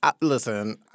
listen